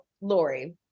Lori